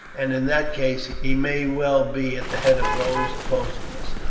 and in that case he may well be at the head of those opposing us.